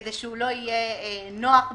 כדי שהוא לא יהיה נוח במיוחד,